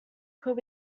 could